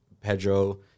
Pedro